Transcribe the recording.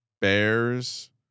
Bears